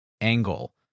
angle